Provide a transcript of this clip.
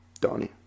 Donnie